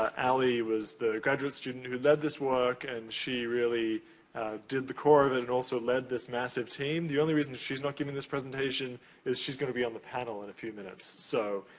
ah allie, was the graduate student who lead this work and she really did the core of it. and also lead this massive team. the only reason that she's not giving this presentation is she's gonna be on the panel in a few minutes. so,